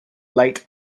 late